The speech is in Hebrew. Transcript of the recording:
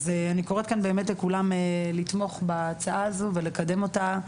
אז אני קוראת כאן באמת לכולם לתמוך בהצעה הזו ולקדם אותה,